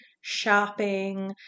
shopping